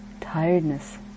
tiredness